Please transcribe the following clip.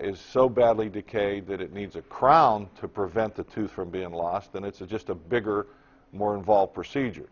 is so badly decayed that it needs a crown to prevent the two from being lost and it's just a bigger more involved procedure